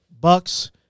Bucks